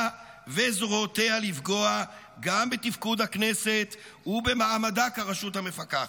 וזרועותיה לפגוע גם בתפקוד הכנסת ובמעמדה ברשות המפקחת.